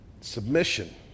Submission